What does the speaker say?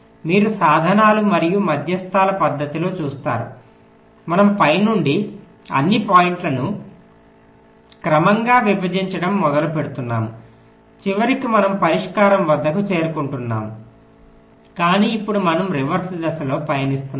మీరు సాధనాలు మరియు మధ్యస్థాలmeans medians పద్ధతిలో చూస్తారు మనము పై నుండి అన్ని పాయింట్లను క్రమంగా విభజించడం మొదలుపెడుతున్నాము చివరికి మనము పరిష్కారం వద్దకు చేరుకుంటున్నాము కానీ ఇప్పుడు మనము రివర్స్ దిశలో పయనిస్తున్నాము